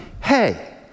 hey